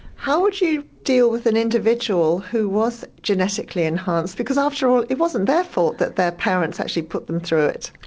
how would you deal with an individual who was genetically enhanced? because, after all, it wasn't their fault that their parents actually put them through it.